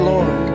Lord